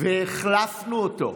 והחלפנו אותו,